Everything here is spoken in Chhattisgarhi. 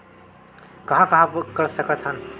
कहां कहां कर सकथन?